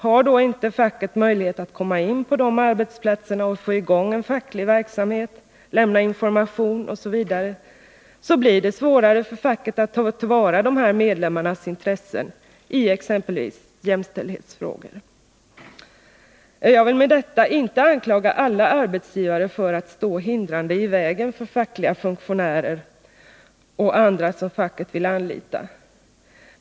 Har då inte facket möjlighet att komma in på dessa arbetsplatser och få i gång en facklig verksamhet, lämna information osv., blir det svårare för facket att ta till vara dessa medlemmars intressen i exempelvis jämställdhetsfrågor. Jag vill med detta inte anklaga alla arbetsgivare för att stå hindrande i vägen för fackliga funktionärer, forskare och andra som facket vill anlita.